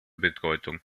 bedeutung